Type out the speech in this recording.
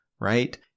right